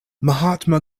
mahatma